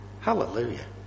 Hallelujah